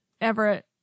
Everett